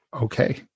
Okay